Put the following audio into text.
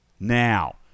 Now